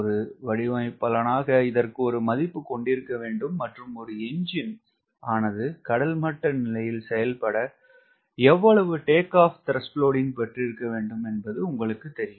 ஒரு வடிவமைப்பாளனாக இதற்கு ஒரு மதிப்பு கொண்டிருக்க வேண்டும் மற்றும் ஒரு என்ஜின் ஆனது கடல் மட்ட நிலையில் செயல்பட எவ்வளவு பெற்றிருக்க வேண்டும் என்பது உங்களுக்கு தெரியும்